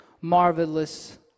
marvelous